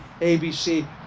ABC